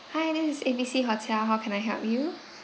hi this is A B C hotel how can I help you